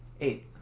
Eight